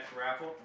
raffle